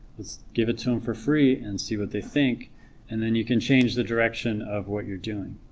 let's give it to them for free and see what they think and then you can change the direction of what you're doing